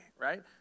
right